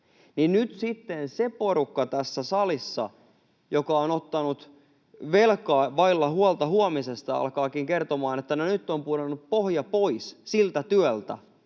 nyt sitten se porukka tässä salissa, joka on ottanut velkaa vailla huolta huomisesta, alkaakin kertomaan, että nyt on pudonnut pohja pois siltä työltä,